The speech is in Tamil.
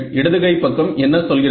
இடது கை பக்கம் என்ன சொல்கிறது